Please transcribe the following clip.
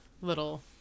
little